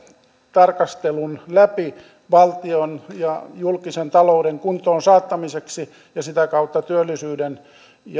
tarkastelun läpi valtion ja julkisen talouden kuntoon saattamiseksi ja sitä kautta työllisyyden